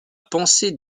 pensée